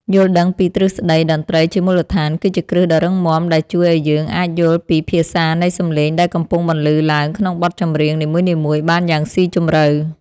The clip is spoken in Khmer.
យល់ដឹងពីទ្រឹស្តីតន្ត្រីជាមូលដ្ឋានគឺជាគ្រឹះដ៏រឹងមាំដែលជួយឱ្យយើងអាចយល់ពីភាសានៃសម្លេងដែលកំពុងបន្លឺឡើងក្នុងបទចម្រៀងនីមួយៗបានយ៉ាងស៊ីជម្រៅ។